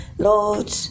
Lord